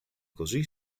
così